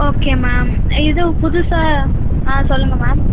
okay ma'am எதுவும் புதுசாக ஆ சொல்லுங்கள் மேம்